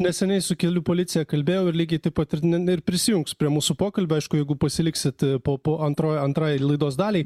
neseniai su kelių policija kalbėjau ir lygiai taip ir ne ne ir prisijungs prie mūsų pokalbio aišku jeigu pasiliksit po po antrojo antrai laidos daliai